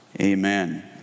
Amen